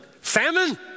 famine